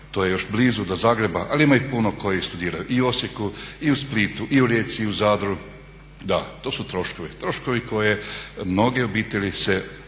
to je još blizu do Zagreba, ali ima ih puno koji studiraju i u Osijeku, i u Splitu, i u Rijeci, i u Zadru. Da to su troškovi, troškovi koje mnoge obitelji se